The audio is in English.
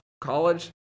college